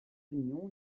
union